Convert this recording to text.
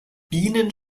bienen